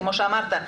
כמו שאמרת.